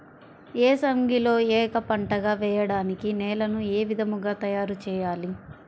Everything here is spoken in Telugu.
ఏసంగిలో ఏక పంటగ వెయడానికి నేలను ఏ విధముగా తయారుచేయాలి?